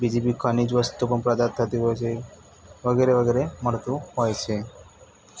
બીજી બી ખનીજ વસ્તુઓ પ્રદાન થતી હોય છે વગેરે વગેરે મળતું હોય છે